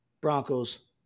Broncos